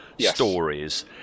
Stories